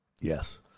Yes